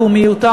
לאומיותם,